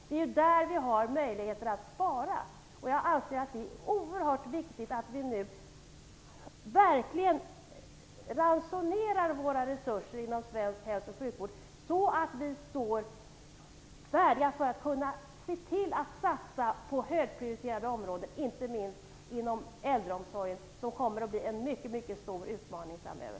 Det är där vi har möjligheter att spara. Jag anser att det är oerhört viktigt att vi nu verkligen ransonerar våra resurser inom svensk hälso och sjukvård så att vi står färdiga att satsa på högprioriterade områden, inte minst inom äldreomsorgen, som kommer att utgöra en mycket stor utmaning framöver.